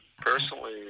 Personally